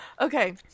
Okay